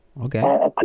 Okay